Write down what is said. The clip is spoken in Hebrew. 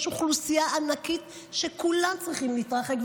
אוכלוסייה ענקית שכולם צריכים להתרחק.